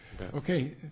okay